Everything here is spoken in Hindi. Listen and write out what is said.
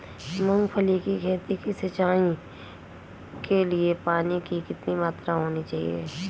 मूंगफली की खेती की सिंचाई के लिए पानी की कितनी मात्रा होनी चाहिए?